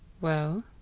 Well